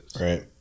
Right